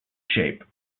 shape